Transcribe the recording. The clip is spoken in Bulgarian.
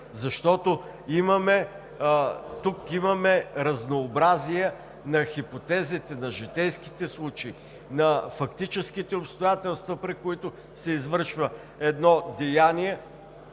защото тук имаме разнообразие на хипотезите, на житейските случаи, на фактическите обстоятелства, при които се извършва едно деяние,